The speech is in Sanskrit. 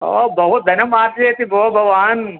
ओ बहु धनं आर्जयति भो भवान्